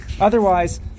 otherwise